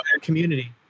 community